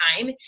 time